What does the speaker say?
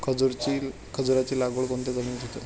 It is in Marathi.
खजूराची लागवड कोणत्या जमिनीत होते?